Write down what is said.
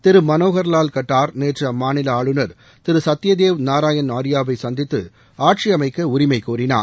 திரு மனோகர் லால் கட்டார் நேற்று அம்மாநில ஆளுநர் திரு சத்யதேவ்நாராயண் ஆர்யாவைவை சந்தித்து ஆட்சி அமைக்க உரிமை கோரினார்